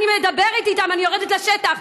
אני מדברת איתם, אני יורדת לשטח.